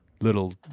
little